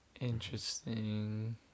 interesting